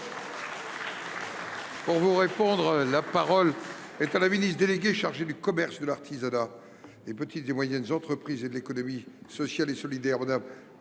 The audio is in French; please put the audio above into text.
dessus ? La parole est à Mme la ministre déléguée chargée du commerce, de l’artisanat, des petites et moyennes entreprises et de l’économie sociale et solidaire.